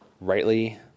rightly